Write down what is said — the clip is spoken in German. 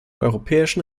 europäischen